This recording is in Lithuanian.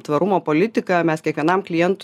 tvarumo politiką mes kiekvienam klientui